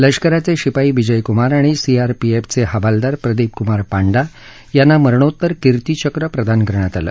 लष्कराचे शिपाई विजयकुमार आणि सीआरपीएफचे हवालदार प्रदीपकुमार पांडा यांना मरणोत्तर किर्तीचक्र प्रदान करण्यात आलं